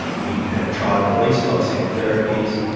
ah we had tried the least toxic therapies,